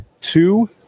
two